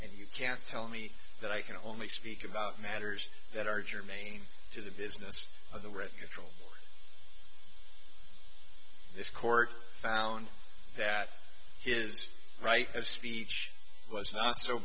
and you can't tell me that i can only speak about matters that are germane to the business of the rest control of this court found that his right of speech was not so